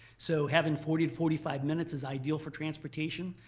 so having forty, forty five minutes is ideal for transportation.